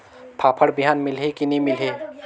फाफण बिहान मिलही की नी मिलही?